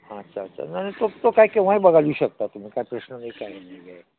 हां अच्छा अच्छा नाही नाही तो तो काय केव्हाही बघायला घेऊ शकता तुम्ही काय प्रश्न नाही काय नाही याय